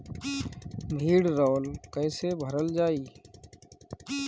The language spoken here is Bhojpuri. भीडरौल कैसे भरल जाइ?